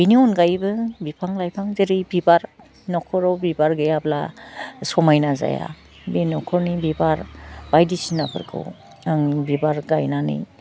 बिनि अनगायैबो बिफां लाइफां जेरै बिबार नख'राव बिबार गैयाब्ला समायना जाया बे नख'रनि बिबार बायदिसिनाफोरखौ आं बिबार गायनानै